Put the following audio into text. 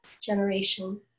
generation